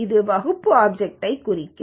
இது வகுப்பு ஆப்ஜெக்ட் ஐ குறிக்கும்